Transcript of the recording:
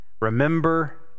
remember